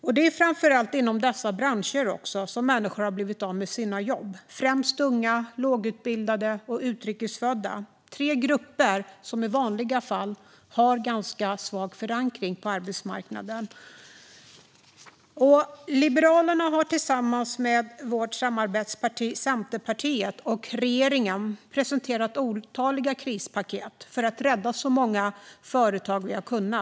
Det är också framför allt inom dessa branscher som människor har blivit av med sina jobb - främst unga, lågutbildade och utrikes födda. Det är tre grupper som i vanliga fall har en ganska svag förankring på arbetsmarknaden. Vi i Liberalerna har tillsammans med vårt samarbetsparti Centerpartiet och regeringen presenterat otaliga krispaket för att rädda så många företag vi har kunnat.